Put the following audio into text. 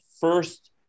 first